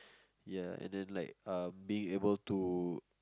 ya and then like being able to